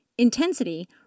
Intensity